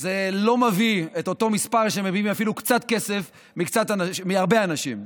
זה לא מביא את אותו מספר שמביאים קצת כסף מהרבה אנשים.